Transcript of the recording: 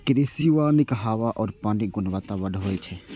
कृषि वानिक हवा आ पानिक गुणवत्ता बढ़बै छै